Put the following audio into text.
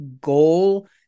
goal